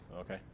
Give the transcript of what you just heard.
Okay